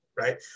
right